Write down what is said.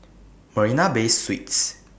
Marina Bay Suites